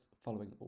following